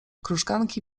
krużganki